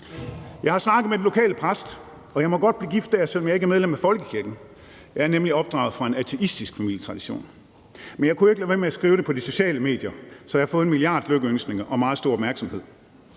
Jeg har snakket med den lokale præst, og jeg må godt blive gift dér, selv om jeg ikke er medlem af folkekirken. Jeg er nemlig opdraget i en ateistisk familietradition. Kl. 19:05 Men jeg kunne jo ikke lade være med at skrive det på de sociale medier, så jeg har fået en milliard lykønskninger og meget stor opmærksomhed.